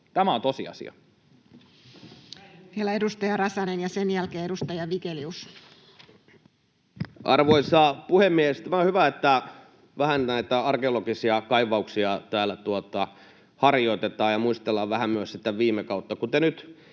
Tämä on tosiasia. Vielä edustaja Räsänen. Ja sen jälkeen edustaja Vigelius. Arvoisa puhemies! Tämä on hyvä, että vähän näitä arkeologisia kaivauksia täällä harjoitetaan ja muistellaan vähän myös sitä viime kautta. Kun te nyt,